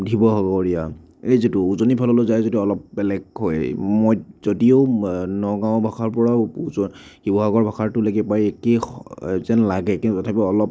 শিৱসাগৰীয়া এই যিটো উজনি ফাললৈ যায় যিটো অলপ বেলেগ হৈ যদিও নগাঁৱৰ ভাষাৰ পৰা শিৱসাগৰৰ ভাষাটোলৈকে প্ৰায় একেই যেন লাগে কিন্তু তথাপিও অলপ